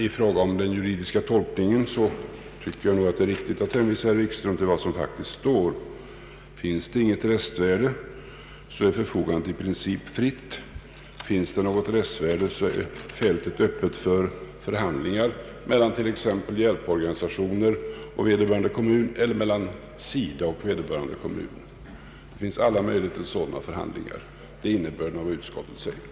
Beträffande den juridiska tolkningen tycker jag det är riktigt att hänvisa herr Wikström till vad som faktiskt står i gällande bestämmelser. Finns det inget restvärde är förfogandet i princip fritt. Finns det ett restvärde är fältet öppet för förhandlingar mellan t.ex. hjälporganisationer och vederbörande kommun eller mellan SIDA och vederbörande kommun. Det finns alla möjligheter till sådana förhandlingar, vilket är innebörden av utskottets skrivning.